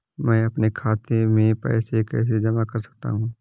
मैं अपने खाते में पैसे कैसे जमा कर सकता हूँ?